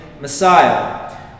Messiah